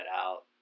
out